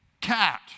cat